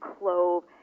clove